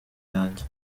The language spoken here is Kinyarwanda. yanjye